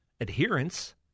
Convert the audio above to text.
adherence